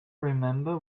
remember